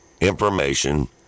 information